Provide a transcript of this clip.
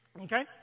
Okay